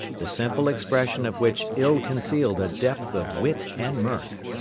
the simple expression of which ill-concealed a depth of wit and mirth.